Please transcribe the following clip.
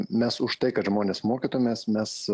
mes už tai kad žmonės mokytumės mes